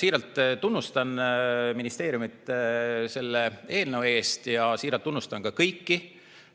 siiralt tunnustan ministeeriumi selle eelnõu eest ja siiralt tunnustan ka kõiki